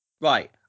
Right